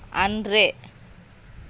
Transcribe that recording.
அன்று